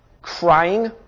crying